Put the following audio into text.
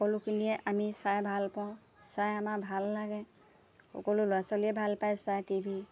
সকলোখিনিয়ে আমি চাই ভাল পাওঁ চাই আমাৰ ভাল লাগে সকলো ল'ৰা ছোৱালীয়ে ভাল পায় চাই টি ভি